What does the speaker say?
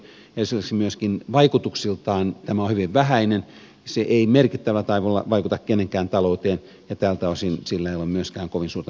esimerkiksi myöskin vaikutuksiltaan tämä on hyvin vähäinen se ei merkittävällä tavalla vaikuta kenenkään talouteen ja tältä osin sillä ei ole myöskään kovin suurta merkitystä